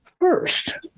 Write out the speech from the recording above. First